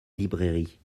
librairie